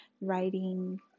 writing